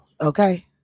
okay